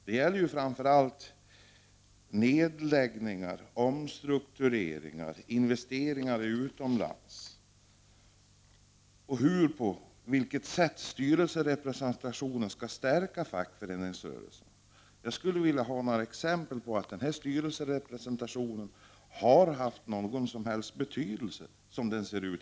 Det gäller framför allt nedläggningar, omstruktureringar, investeringar utomlands och på vilket sätt styrelserepresentationen skall kunna stärka fackföreningsrörelsen. Jag skulle vilja ha några exempel på att dagens styrelserepresentation har haft någon som helst betydelse.